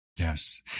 Yes